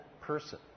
person